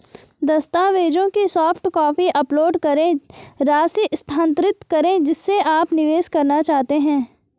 दस्तावेजों की soft copy upload करें, राशि स्थानांतरित करें जिसे आप निवेश करना चाहते हैं